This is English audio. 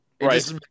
Right